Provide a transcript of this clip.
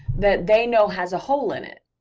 that they know has a hole in it,